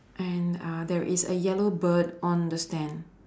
and uh there is a yellow bird on the stand